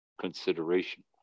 consideration